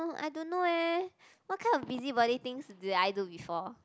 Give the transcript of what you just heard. uh I don't know eh what kind of busybody things did I do before